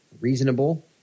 Reasonable